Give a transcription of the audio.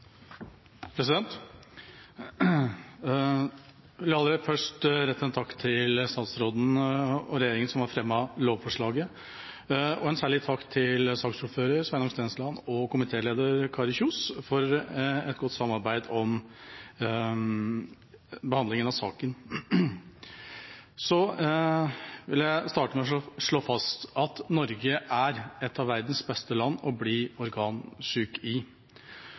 vil aller først rette en takk til statsråden og regjeringa som har fremmet lovforslaget, og en særlig takk til saksordfører Sveinung Stensland og komitéleder Kari Kjønaas Kjos for et godt samarbeid om behandlingen av saka. Så vil jeg starte med å slå fast at Norge er et av verdens beste land å bli organsyk i.